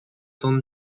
son